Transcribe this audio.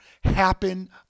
happen